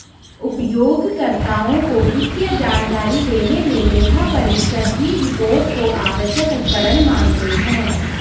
उपयोगकर्ताओं को वित्तीय जानकारी देने मे लेखापरीक्षक की रिपोर्ट को आवश्यक उपकरण मानते हैं